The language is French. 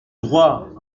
droit